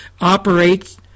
operates